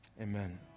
amen